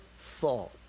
thought